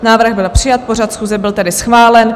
Návrh byl přijat, pořad schůze byl tedy schválen.